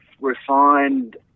refined